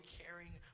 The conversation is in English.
caring